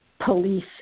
police